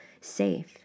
safe